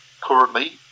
currently